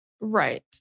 Right